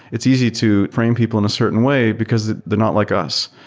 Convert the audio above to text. it's easy to frame people in a certain way, because they're not like us.